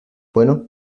bueno